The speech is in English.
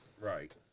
right